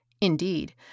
Indeed